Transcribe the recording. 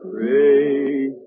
pray